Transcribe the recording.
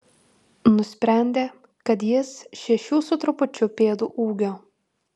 nusprendė kad jis šešių su trupučiu pėdų ūgio